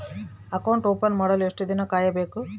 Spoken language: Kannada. ಅಕೌಂಟ್ ಓಪನ್ ಮಾಡಲು ಎಷ್ಟು ದಿನ ಕಾಯಬೇಕು?